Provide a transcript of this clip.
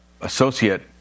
associate